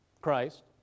Christ